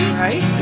right